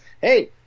hey